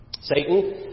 Satan